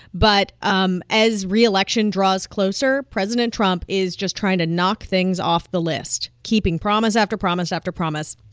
but um as re-election draws closer, president trump is just trying to knock things off the list, keeping promise after promise after promise,